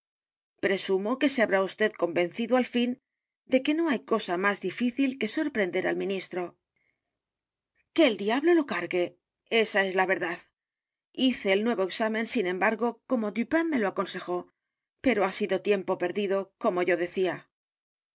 presumo que se habrá vd convencido al fin de que no h a y cosa más difícil que sorprender al ministro que el diablo lo cargue esa es la verdad hice el nuevo examen sin e m b a r g o como dupin me lo aconsejó pero ha sido tiempo perdido como yo decía